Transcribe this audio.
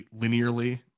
linearly